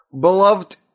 Beloved